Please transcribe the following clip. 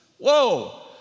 Whoa